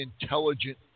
intelligent